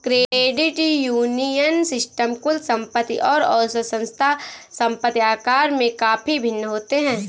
credit union system कुल संपत्ति और औसत संस्था संपत्ति आकार में काफ़ी भिन्न होते हैं